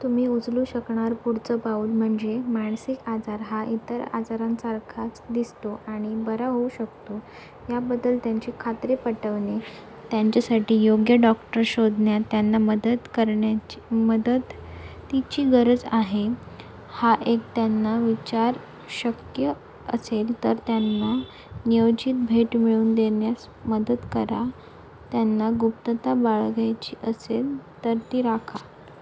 तुम्ही उचलू शकणार पुढचं पाऊल म्हणजे मानसिक आजार हा इतर आजारांसारखाच दिसतो आणि बरा होऊ शकतो याबद्दल त्यांचे खात्री पटवणे त्यांच्यासाठी योग्य डॉक्टर शोधण्यात त्यांना मदत करण्याची मदत तिची गरज आहे हा एक त्यांना विचार शक्य असेल तर त्यांना नियोजित भेट मिळून देण्यास मदत करा त्यांना गुप्तता बाळगायची असेल तर ती राखा